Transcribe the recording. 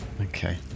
Okay